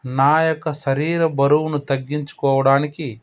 నా యొక్క శరీర బరువును తగ్గించుకోవడానికి